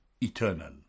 eternal